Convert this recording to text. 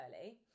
early